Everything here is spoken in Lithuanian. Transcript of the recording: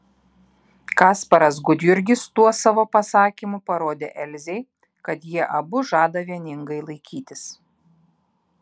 kasparas gudjurgis tuo savo pasakymu parodė elzei kad jie abu žada vieningai laikytis